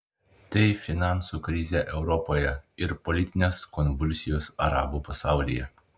tai finansų krizė europoje ir politinės konvulsijos arabų pasaulyje